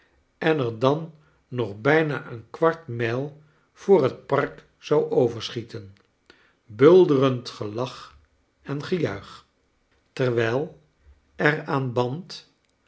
en er dan nog bijna een kwart mijl voor het park zou ovcrschieten bulderend gelach en gejuich terwijl er aan band